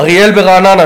"אריאל" ברעננה,